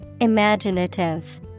Imaginative